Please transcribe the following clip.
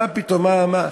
מה פתאום, מה, מה.